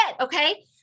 Okay